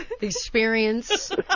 experience